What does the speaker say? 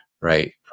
right